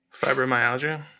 Fibromyalgia